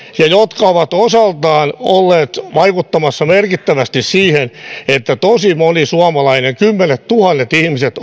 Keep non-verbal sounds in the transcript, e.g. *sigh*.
ja jotka ovat osaltaan olleet vaikuttamassa merkittävästi siihen että tosi moni suomalainen kymmenettuhannet ihmiset *unintelligible*